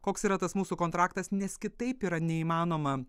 koks yra tas mūsų kontraktas nes kitaip yra neįmanoma